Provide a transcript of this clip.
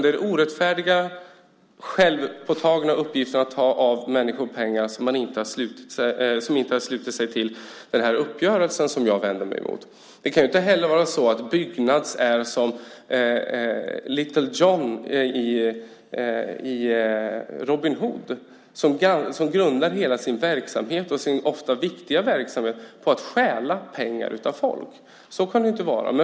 Det är den orättfärdiga, självpåtagna uppgiften att ta pengar av människor som inte har anslutit sig till den här uppgörelsen som jag vänder mig emot. Det kan inte heller vara så att Byggnads är som Little John i Robin Hood som grundar hela sin verksamhet och sin ofta viktiga verksamhet på att stjäla pengar av folk. Så kan det inte vara.